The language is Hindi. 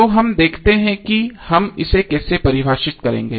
तो अब हम देखते हैं कि हम इसे कैसे परिभाषित करेंगे